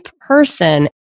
person